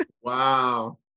Wow